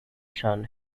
son